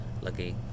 Lucky